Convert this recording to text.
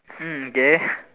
mm okay